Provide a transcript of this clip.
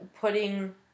putting